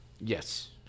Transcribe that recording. Yes